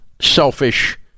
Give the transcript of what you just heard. selfish